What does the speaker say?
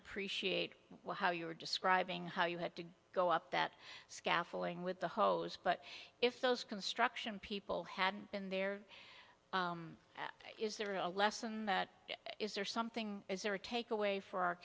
appreciate how you're describing how you had to go up that scaffolding with the hose but if those construction people had been there is there a lesson that is or something is there a takeaway for our